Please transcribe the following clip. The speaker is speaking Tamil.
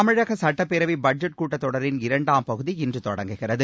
தமிழக சட்டப்பேரவை பட்ஜெட் கூட்டத்தொடரின் இரண்டாம் பகுதி இன்று தொடங்குகிறது